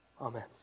Amen